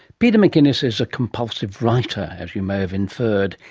peter mcinnis is a compulsive writer, as you may have inferred.